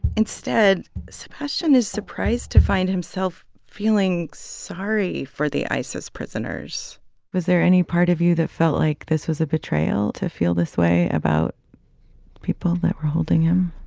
instead, sebastian is surprised to find himself feeling sorry for the isis prisoners was there any part of you that felt like this was a betrayal, to feel this way about people that were holding him?